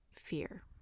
fear